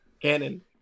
Cannon